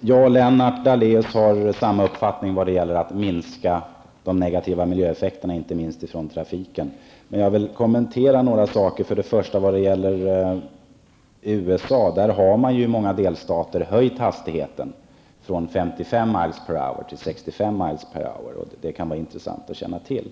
Lennart Daléus och jag har samma uppfattning vad det gäller att minska de negativa miljöeffekterna, inte minst från trafiken. Men jag vill kommentera några saker. När det gäller USA har man ju i många delstater höjt hastigheten från 55 miles hour. Det kan vara intressant att känna till.